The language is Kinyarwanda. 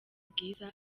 bwiza